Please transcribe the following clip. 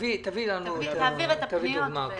תעביר את הפניות.